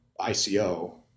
ICO